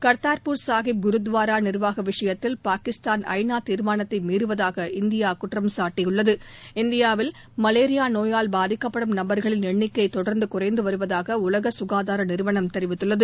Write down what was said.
கர்த்தா்பூர் சாஹீப் குருத்துவாரா நிர்வாக விஷயத்தில் பாகிஸ்தான் ஐ நா தீர்மானத்தை மீறுவதாக இந்தியா குற்றம் சாட்டியுள்ளது இந்தியாவில் மலேரியா நோயால் பாதிக்கப்படும் நபர்களின் எண்ணிக்கை தொடர்ந்து குறைந்து வருவதாக உலக சுகாதார நிறுவனம் தெரிவித்துள்ளது